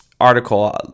article